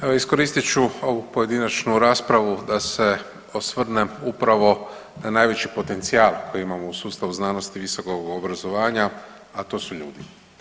Evo, iskoristit ću ovu pojedinačnu raspravu da se osvrnem upravo na najveći potencijal koji imamo u sustavu znanosti i visokog obrazovanja, a to su ljudi.